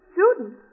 Student